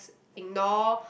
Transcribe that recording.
ignore